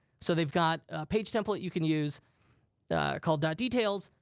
so they've got a page template you can use called details.